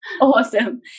Awesome